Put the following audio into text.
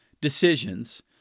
decisions